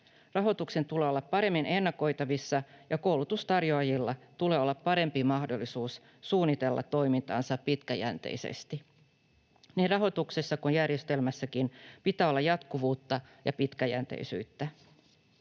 Rahoituksen tulee olla paremmin ennakoitavissa, ja koulutuksen tarjoajilla tulee olla parempi mahdollisuus suunnitella toimintaansa pitkäjänteisesti. Niin rahoituksessa kuin järjestelmässäkin pitää olla jatkuvuutta ja pitkäjänteisyyttä.